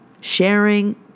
sharing